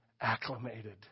acclimated